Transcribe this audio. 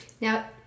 Now